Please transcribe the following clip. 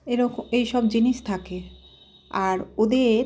এইসব জিনিস থাকে আর ওদের